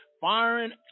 firing